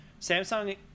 Samsung